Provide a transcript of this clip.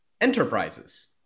enterprises